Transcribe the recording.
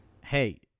Hey